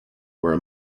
where